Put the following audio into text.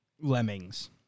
Lemmings